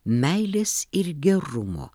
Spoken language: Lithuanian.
meilės ir gerumo